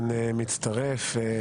היושב-ראש.